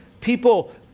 People